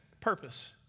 purpose